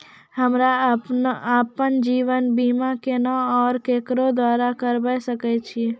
हमरा आपन जीवन बीमा केना और केकरो द्वारा करबै सकै छिये?